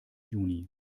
juni